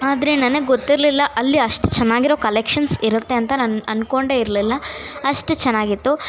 ಆದರೆ ನನಗೆ ಗೊತ್ತಿರಲಿಲ್ಲ ಅಲ್ಲಿ ಅಷ್ಟು ಚೆನ್ನಾಗಿರೊ ಕಲೆಕ್ಷನ್ಸ್ ಇರುತ್ತೆ ಅಂತ ನಾನು ಅಂದ್ಕೊಂಡೆ ಇರಲಿಲ್ಲ ಅಷ್ಟು ಚೆನ್ನಾಗಿತ್ತು